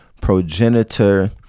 progenitor